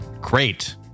Great